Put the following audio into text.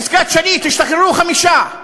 בעסקת שליט השתחררו חמישה.